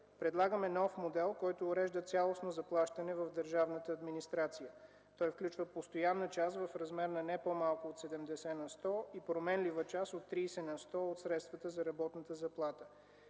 Предлагаме нов модел, който урежда цялостно заплащане в държавната администрация. Той включва постоянна част в размер на не по-малко от 70 на сто и променлива част от 30 на сто от средствата за работната заплата.